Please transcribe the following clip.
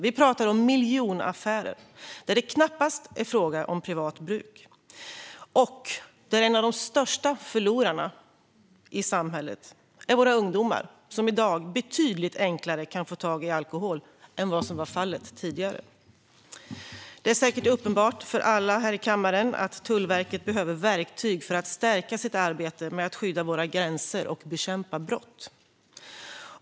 Vi pratar om miljonaffärer, där det knappast är fråga om privat bruk och där några av de största förlorarna är våra ungdomar, som i dag betydligt enklare kan få ta tag i alkohol än vad som var fallet tidigare. Det är säkert uppenbart för alla här i kammaren att Tullverket behöver verktyg för att stärka sitt arbete med att skydda våra gränser och bekämpa brott.